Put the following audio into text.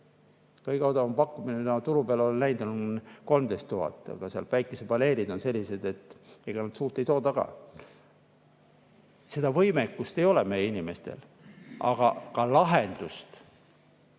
Kõige odavam pakkumine, mida ma turu peal olen näinud, on 13 000, aga seal päikesepaneelid on sellised, et ega nad suurt ei tooda. Seda võimekust ei ole meie inimestel. Aga lahendust